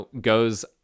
goes